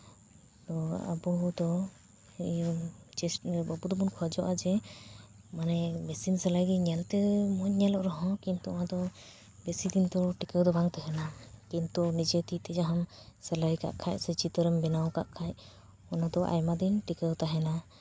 ᱟᱵᱚ ᱫᱚ ᱪᱮᱥ ᱤᱭᱟᱹ ᱟᱵᱚ ᱫᱚᱵᱚᱱ ᱠᱷᱚᱡᱚᱜᱼᱟ ᱡᱮ ᱢᱟᱱᱮ ᱢᱮᱥᱤᱱ ᱥᱮᱞᱟᱭᱜᱮ ᱧᱮᱞᱛᱮ ᱢᱚᱡᱽ ᱧᱮᱞᱚᱜ ᱨᱮᱦᱚᱸ ᱠᱤᱱᱛᱩ ᱚᱱᱟ ᱫᱚ ᱵᱮᱥᱤ ᱫᱤᱱ ᱫᱚ ᱴᱤᱠᱟᱹᱣ ᱫᱚ ᱵᱟᱝ ᱛᱟᱦᱮᱸᱱᱟ ᱠᱤᱱᱛᱩ ᱱᱤᱡᱮ ᱛᱤ ᱛᱮ ᱡᱟᱦᱟᱸ ᱥᱮᱞᱟᱭ ᱠᱟᱜ ᱠᱷᱟᱱ ᱥᱮ ᱪᱤᱛᱟᱹᱨᱮᱢ ᱵᱮᱱᱟᱣ ᱠᱟᱜ ᱠᱷᱟᱱ ᱚᱱᱟ ᱫᱚ ᱟᱭᱢᱟ ᱫᱤᱱ ᱴᱤᱠᱟᱹᱣ ᱛᱟᱦᱮᱸᱱᱟ